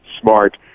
smart